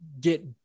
get